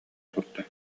турда